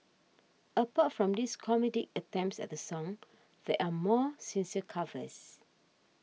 apart from these comedic attempts at the song there are more sincere covers